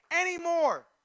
anymore